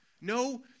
no